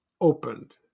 opened